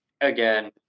Again